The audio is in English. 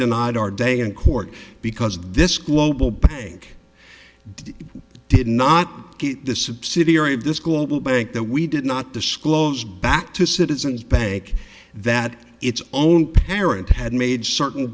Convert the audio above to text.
denied our day in court because this global bank did not get the subsidiary of this global bank that we did not disclose back to citizens bank that its own parent had made certain